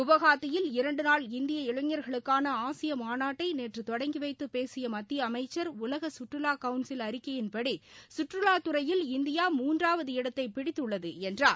குவஹாத்தியில் இரண்டு நாள் இந்திய இளைஞர்களுக்கான ஆசிய மாநாட்டை நேற்று தொடங்கி வைத்து பேசிய மத்திய அமைச்சர் உலக கற்றுலா கவுன்சில் அறிக்கையின்படி சுற்றுலாத்துறையில் இந்தியா மூன்றாவது இடத்தை பிடித்துள்ளது என்றார்